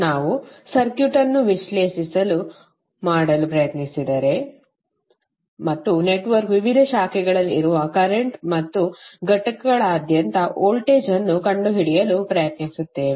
ನಾವು ಸರ್ಕ್ಯೂಟ್ ಅನ್ನು ವಿಶ್ಲೇಷಿಸಲು ಮಾಡಲು ಪ್ರಯತ್ನಿಸುತ್ತೇವೆ ಮತ್ತು ನೆಟ್ವರ್ಕ್ನ ವಿವಿಧ ಶಾಖೆಗಳಲ್ಲಿ ಇರುವ ಕರೆಂಟ್ಗಳನ್ನು ಮತ್ತು ಘಟಕಗಳಾದ್ಯಂತ ವೋಲ್ಟೇಜ್ ಅನ್ನು ಕಂಡುಹಿಡಿಯಲು ಪ್ರಯತ್ನಿಸುತ್ತೇವೆ